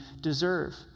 deserve